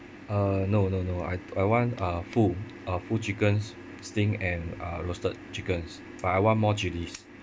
uh no no no I I want a full a full chicken steamed and roasted chicken but I want more chilis